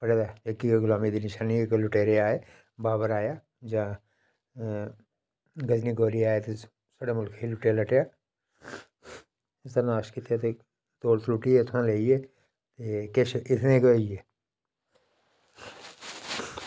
ते इक्क बारी मेरी जेह्के आए बाबर आया जां गजनवी गौरी आया साढ़े मुल्खै गी लुट्टेआ ते सानूं अस कित्थें रेह् ते फुक्की गे इत्थां लेइयै ते किश इत्थें दे गै होई गे